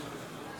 משתתף